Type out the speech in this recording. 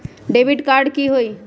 Debit card की होई?